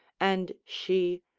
and she,